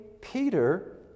Peter